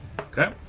Okay